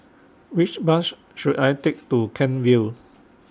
Which Bus should I Take to Kent Vale